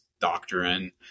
doctrine